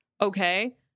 okay